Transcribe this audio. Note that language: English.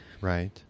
right